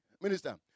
minister